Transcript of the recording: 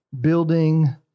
building